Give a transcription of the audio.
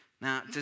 Now